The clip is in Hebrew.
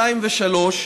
2 ו-3,